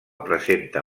presenta